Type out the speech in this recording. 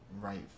right